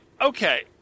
okay